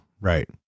Right